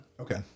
okay